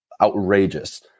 outrageous